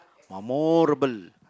memorable